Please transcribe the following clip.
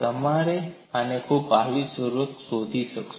તમે આને ખૂબ કાળજીપૂર્વક ઓળખી શકશો